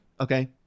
Okay